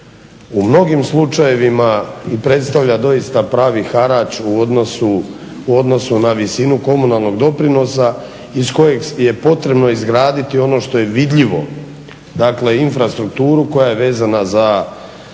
u mnogim slučajevima i predstavlja doista pravi harač u odnosu na visinu komunalnog doprinosa iz kojeg je potrebno izgraditi ono što je vidljivo, dakle infrastrukturu koja je vezana,